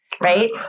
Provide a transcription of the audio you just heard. right